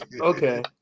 Okay